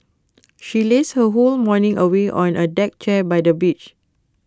she lazed her whole morning away on A deck chair by the beach